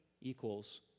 equals